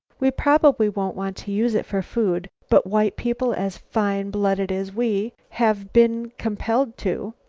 we probably won't want to use it for food, but white people as fine-blooded as we have been compelled to.